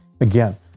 Again